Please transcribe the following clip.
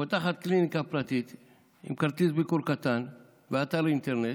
פותחת קליניקה פרטית עם כרטיס ביקור קטן באתר אינטרנט,